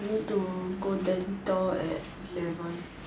you need go dental at eleven